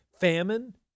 famine